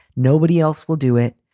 nobody else will do it.